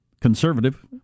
conservative